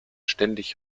ständig